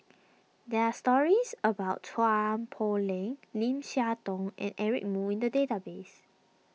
there are stories about Chua Poh Leng Lim Siah Tong and Eric Moo in the database